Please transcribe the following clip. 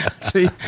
See